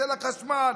של החשמל.